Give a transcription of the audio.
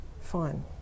fine